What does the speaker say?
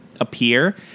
Appear